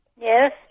Yes